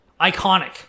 iconic